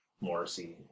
Morrissey